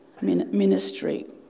ministry